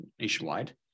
nationwide